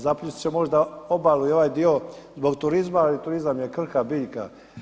Zapljusnut će možda obalu i ovaj dio zbog turizma, ali turizam je krhka biljka.